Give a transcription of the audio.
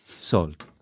Salt